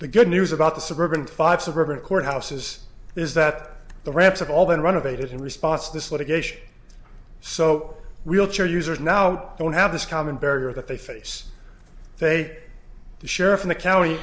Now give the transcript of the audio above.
the good news about the suburban five suburban courthouses is that the reps have all been run of it in response to this litigation so wheelchair users now don't have this common barrier that they face they say the sheriff in the county